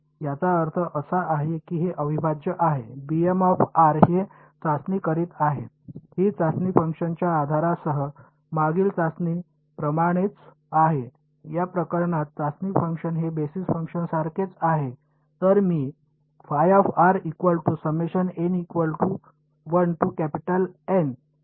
याचा अर्थ असा आहे की हे अविभाज्य आहे हे चाचणी करीत आहे ही चाचणी फंक्शनच्या आधारासह मागील चाचणी प्रमाणेच आहे या प्रकरणात चाचणी फंक्शन हे बेसिस फंक्शनसारखेच आहे